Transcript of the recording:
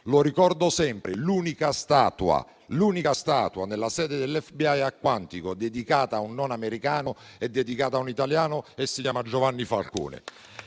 Ricordo sempre che l'unica statua nella sede dell'FBI a Quantico, non dedicata ad un americano è dedicata ad un italiano, che si chiama Giovanni Falcone.